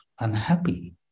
unhappy